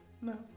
No